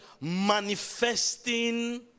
manifesting